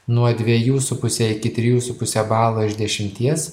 nuo dviejų su puse iki trijų su puse balo iš dešimties